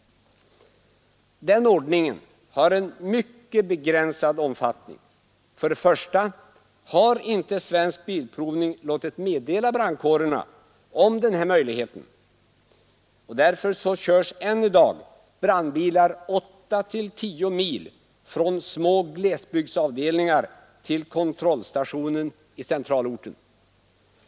Denna ordning har en mycket begränsad omfattning. För det första har inte Svensk bilprovning låtit meddela brandkårerna om denna möjlighet, och därför körs än i dag brandbilar 8—-10 mil från små glesbygdsavdelningar till kontrollstationen i centralorten.